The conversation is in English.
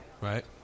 Right